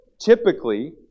Typically